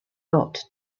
got